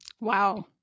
Wow